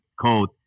code